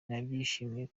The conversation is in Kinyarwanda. nabyishimiye